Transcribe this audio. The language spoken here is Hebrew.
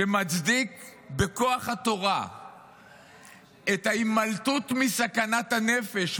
שבכוח התורה מצדיק את ההימלטות מסכנת הנפש,